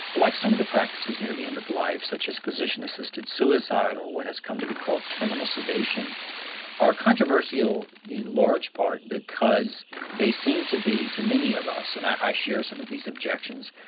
like some of the practices near the end of life such as physician-assisted suicide or what has come to be called terminal sedation are controversial in large part because they seem to be to many of us, and i share some of these objections,